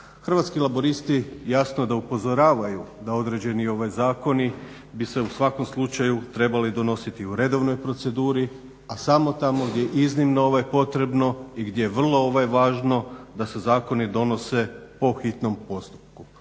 Hrvatski laburisti jasno da upozoravaju da određeni zakoni bi se u svakom slučaju trebali donositi u redovnoj proceduri, a samo tamo gdje je iznimno potrebno i gdje je vrlo važno da se zakoni donose po hitnom postupku.